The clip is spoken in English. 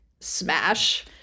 smash